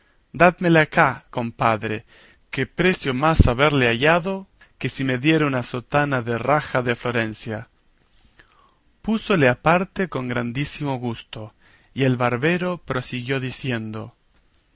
dádmele acá compadre que precio más haberle hallado que si me dieran una sotana de raja de florencia púsole aparte con grandísimo gusto y el barbero prosiguió diciendo